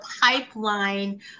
pipeline